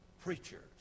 preachers